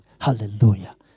Hallelujah